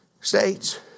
states